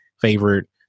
favorite